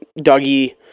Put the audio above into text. Dougie